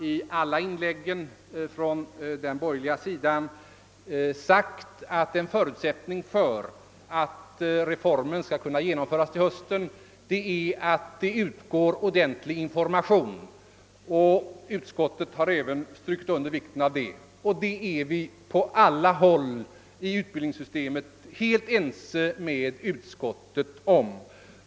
I alla inlägg från den borgerliga sidan har man hävdat att en förutsättning för att reformen skall kunna genomföras till hösten är att ordentlig information utgår. Utskottet har även understrukit vikten av detta, och vi är på alla håll inom utbildningssystemet helt ense med utskottet på denna punkt.